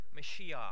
Mashiach